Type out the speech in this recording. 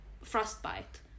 frostbite